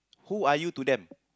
who are you to them